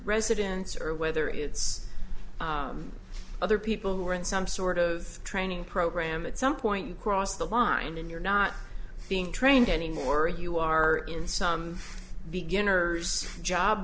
residence or whether it's other people who are in some sort of training program at some point cross the line and you're not being trained anymore or you are in some beginner's job